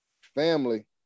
family